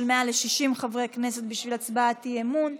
מעל ל-60 חברי כנסת בשביל הצעת אי-אמון.